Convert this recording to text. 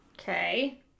okay